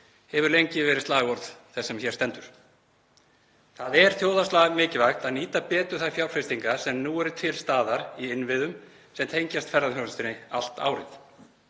hefur lengi verið slagorð þess sem hér stendur. Það er þjóðhagslega mikilvægt að nýta betur þær fjárfestingar sem nú eru til staðar í innviðum sem tengjast ferðaþjónustunni allt árið.